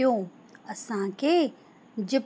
टियो असांखे जिप